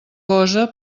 gosa